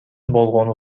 болгону